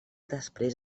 després